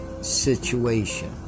situation